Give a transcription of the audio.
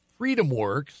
FreedomWorks